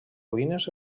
ruïnes